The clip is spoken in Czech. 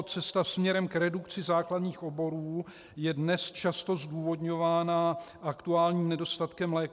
Cesta směrem k redukci základních oborů je dnes často zdůvodňována aktuálním nedostatkem lékařů.